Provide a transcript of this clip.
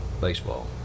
baseball